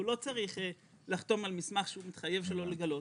הוא לא צריך לחתום על מסמך שהוא מתחייב שלא לגלות,